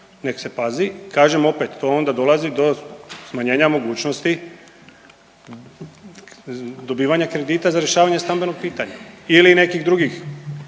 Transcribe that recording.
nek se pazi, kažem opet, to onda dolazi do smanjenja mogućnosti dobivanja kredita za rješavanje stambenog pitanja ili nekih drugi,